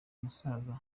musaza